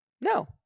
No